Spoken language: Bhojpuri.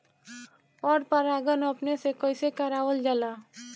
पर परागण अपने से कइसे करावल जाला?